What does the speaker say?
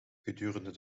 gedurende